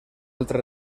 altre